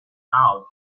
out